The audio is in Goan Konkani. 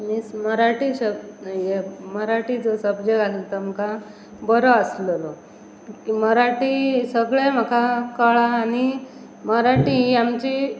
मिस मराठी शब हे मराठी जो सब्जेक्ट आसा तो आमकां बरो आसलेलो मराठी सगळें म्हाका कळं आनी मराठी ही आमची